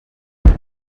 face